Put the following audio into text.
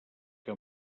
que